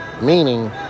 meaning